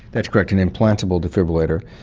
that's correct, an implantable defibrillator.